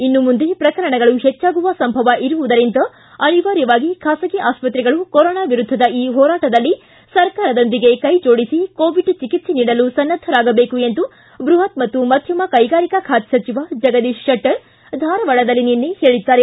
ಇನ್ನು ಮುಂದೆ ಪ್ರಕರಣಗಳು ಪೆಚ್ಚಾಗುವ ಸಂಭವ ಇರುವುದರಿಂದ ಅನಿವಾರ್ಯವಾಗಿ ಖಾಸಗಿ ಆಸ್ತ್ರೆಗಳು ಕೊರೊನಾ ವಿರುದ್ದದ ಈ ಹೋರಾಟದಲ್ಲಿ ಸರ್ಕಾರದೊಂದಿಗೆ ಕೈಜೋಡಿಸಿ ಕೋವಿಡ್ ಚಿಕಿತ್ಸೆ ನೀಡಲು ಸನ್ನದ್ದವಾಗಬೇಕು ಎಂದು ಬೃಪತ್ ಮತ್ತು ಮಧ್ದಮ ಕ್ಲೆಗಾರಿಕಾ ಖಾತೆ ಸಚಿವ ಜಗದೀಶ್ ಶೆಟ್ಸರ್ ಧಾರವಾಡದಲ್ಲಿ ನಿನ್ನೆ ಹೇಳಿದ್ದಾರೆ